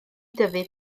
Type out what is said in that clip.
dyfu